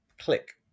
click